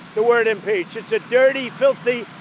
the word impeach. it's a dirty, filthy,